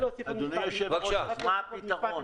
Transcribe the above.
אדוני היושב ראש, מה הפתרון?